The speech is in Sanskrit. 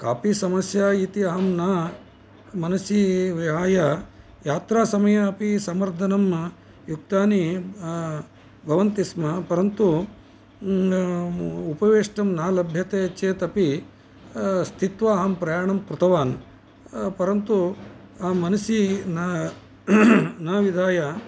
कापि समस्या इति अहं न मनसि विहाय यात्रा मये अपि समर्धनम् युक्तानि भवन्ति स्म परन्तु उपवेष्टुं न लभ्यते चेत् अपि स्थित्वा अहं प्रयाणं कृतवान् परन्तु अहं मनसि न विधाय